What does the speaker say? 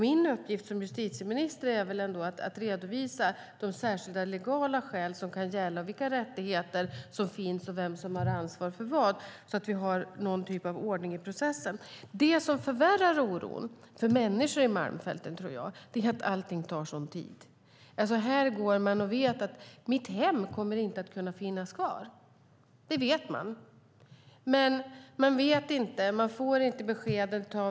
Min uppgift som justitieminister är att redovisa de särskilda legala skäl som kan gälla, vilka rättigheter som finns och vem som har ansvar för vad, så att vi har någon typ av ordning i processen. Det som förvärrar oron för människor i Malmfälten tror jag är att allting tar sådan tid. Där går man och vet att ens hem inte kommer att finnas kvar, och det tar väldigt lång tid att få besked.